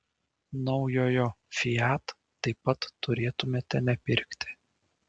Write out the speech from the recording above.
naujojo fiat taip pat turėtumėte nepirkti